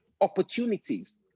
opportunities